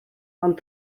ond